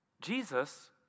Jesus